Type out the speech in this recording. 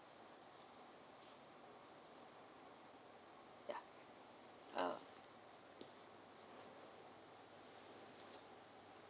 yeah err